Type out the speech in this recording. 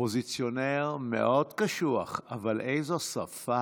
אופוזיציונר מאוד קשוח, אבל איזו שפה,